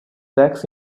text